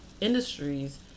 industries